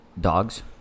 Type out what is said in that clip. Dogs